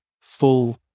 full